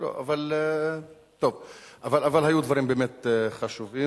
אבל היו דברים באמת חשובים,